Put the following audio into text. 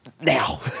Now